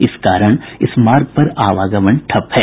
इस कारण इस मार्ग पर आवागमन ठप है